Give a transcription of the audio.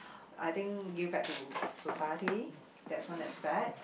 I think give back to society that's one aspect